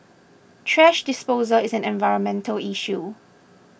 thrash disposal is an environmental issue